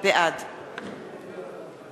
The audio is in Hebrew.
בעד